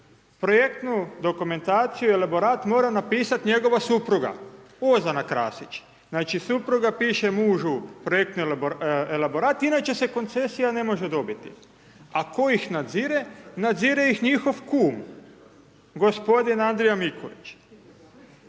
projektnu dokumentaciju i elaborat mora napisati njegova supruga, Ozana Krasić. Znači, supruga piše mužu projektni elaborat, inače se koncesija ne može dobiti. A tko ih nadzire? Nadzire ih njihov kum, gospodin Andrija Mikulić.